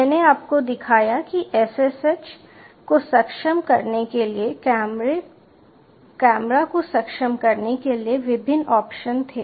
मैंने आपको दिखाया कि SSH को सक्षम करने के लिए कैमरा को सक्षम करने के लिए विभिन्न ऑप्शन थे